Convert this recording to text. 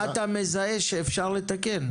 מה אתה מזהה שאפשר לתקן?